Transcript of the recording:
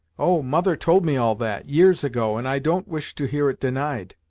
oh! mother told me all that, years ago, and i don't wish to hear it denied.